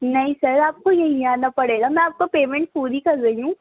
نہیں سر آپ کو یہیں آنا پڑے گا میں آپ کو پیمنٹ پوری کر رہی ہوں